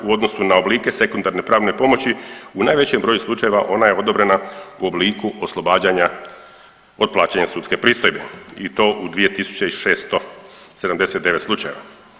U odnosu na oblike sekundarne pravne pomoći u najvećem broju slučajeva ona je odobrenja u obliku oslobađanja od plaćanja sudske pristojbe i to u 2.679 slučajeva.